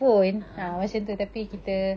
(uh huh) okay